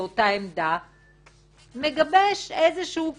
ברגע שבא שר מסוים הוא לא נוטה לשתף אתו